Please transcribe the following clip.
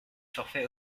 forfait